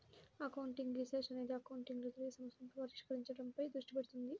accounting research అనేది accounting లో ఎదురయ్యే సమస్యలను పరిష్కరించడంపై దృష్టి పెడుతుంది